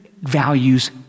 values